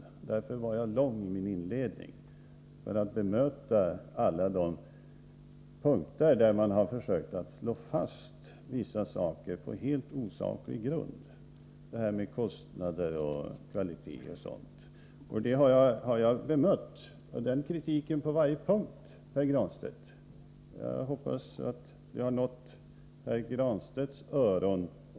Det var därför som jag var så utförlig i min inledning, för jag ville ta upp alla de punkter där man försökt att slå fast vissa saker på helt osaklig grund, t.ex. det här med kostnader och kvalitet. Jag har bemött kritiken på varje punkt, Pär Granstedt. Jag hoppas att det har nått också Pär Granstedts öron.